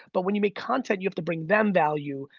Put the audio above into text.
but when you make content, you have to bring them value,